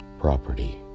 property